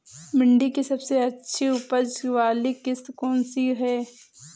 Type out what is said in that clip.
भिंडी की सबसे अच्छी उपज वाली किश्त कौन सी है?